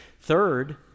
Third